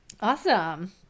Awesome